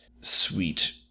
sweet